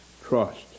trust